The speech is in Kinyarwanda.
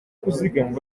kuzigama